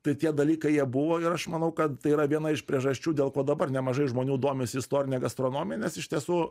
tai tie dalykai jie buvo ir aš manau kad tai yra viena iš priežasčių dėl ko dabar nemažai žmonių domisi istorine gastronomija nes iš tiesų